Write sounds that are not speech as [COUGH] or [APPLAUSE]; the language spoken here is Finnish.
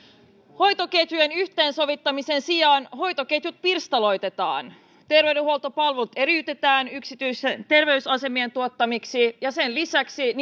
hoitoketjujen yhteensovittamisen sijaan hoitoketjut pirstaloitetaan terveydenhuoltopalvelut eriytetään yksityisten terveysasemien tuottamiseksi ja sen lisäksi [UNINTELLIGIBLE]